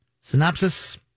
synopsis